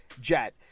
jet